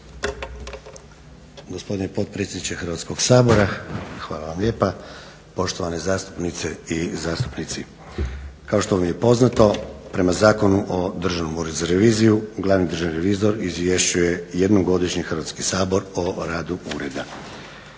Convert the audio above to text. Hrvatski sabor o radu ureda.